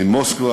ממוסקבה